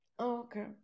Okay